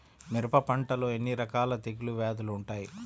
మిరప పంటలో ఎన్ని రకాల తెగులు వ్యాధులు వుంటాయి?